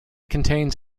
contains